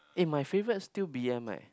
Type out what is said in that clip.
eh my favorite still B_M eh